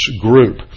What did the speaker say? group